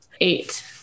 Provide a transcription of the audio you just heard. Eight